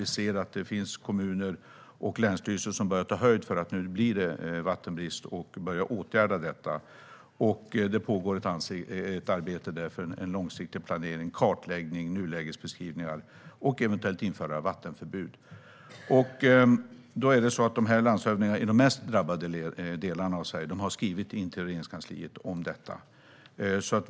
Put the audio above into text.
Vi ser att det finns kommuner och länsstyrelser som börjar ta höjd för att det blir vattenbrist och börjar åtgärda detta. Det pågår ett arbete med långsiktig planering, kartläggning och nulägesbeskrivning och eventuellt ett införande av bevattningsförbud. Landshövdingarna i de mest drabbade delarna av Sverige har skrivit till Regeringskansliet om detta.